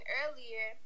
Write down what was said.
earlier